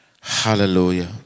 Hallelujah